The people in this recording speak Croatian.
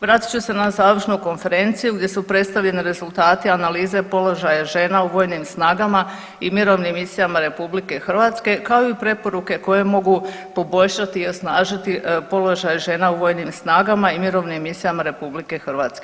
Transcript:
Vratit ću se na završnu konferenciju gdje su predstavljeni rezultati analize položaja žena u vojnim snagama i mirovnim misijama RH kao i u preporuke koje mogu poboljšati i osnažiti položaj žena u vojnim snagama i mirovnim misijama RH.